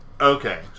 okay